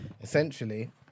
essentially